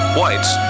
Whites